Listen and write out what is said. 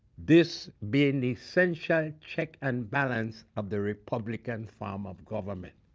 this being the essential checks and balance of the republican form of government.